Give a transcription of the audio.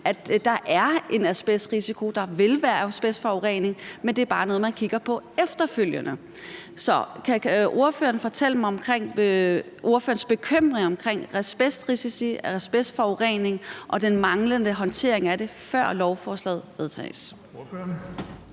at der er en asbestrisiko, og at der vil være asbestforurening, men at det bare noget, man kigger på efterfølgende. Så kan ordføreren fortælle mig om ordførerens bekymringer omkring asbestrisici, asbestforurening og den manglende håndtering af det, før lovforslaget vedtages?